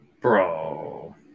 Bro